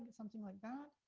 something like that.